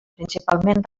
principalment